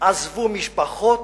עזבו משפחות,